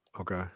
Okay